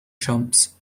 chumps